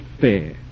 fair